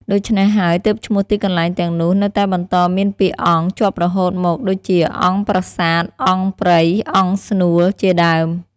ដូច្នេះហើយ ទើបឈ្មោះទីកន្លែងទាំងនោះនៅតែបន្តមានពាក្យ "អង្គ" ជាប់រហូតមក ដូចជា អង្គប្រាសាទ អង្គប្រិយ និងអង្គស្នួល ជាដើម។